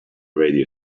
radio